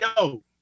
yo